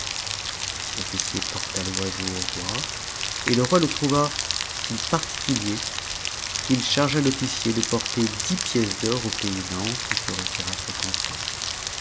l'ouicicr porta l'oiseau au fo et le roi le trouva si particulier qu'il chargea l'officier de porter dix nièces d'or au paysan qui se retira